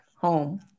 home